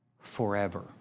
forever